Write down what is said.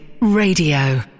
Radio